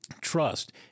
trust